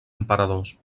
emperadors